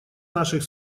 наших